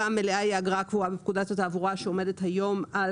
המלאה היא האגרה הקבועה בפקודת התעבורה שעומדת היום על